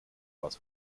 was